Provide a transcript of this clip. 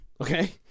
okay